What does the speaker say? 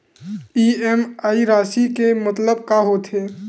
EMI राशि के मतलब का होथे?